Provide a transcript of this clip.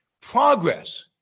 Progress